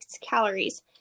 calories